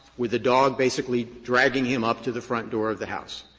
with the dog basically dragging him up to the front door of the house.